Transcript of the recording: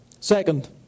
Second